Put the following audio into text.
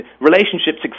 relationships